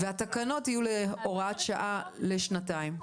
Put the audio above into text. --- והתקנות יהיו להוראת שעה לשנתיים.